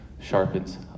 sharpens